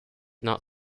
not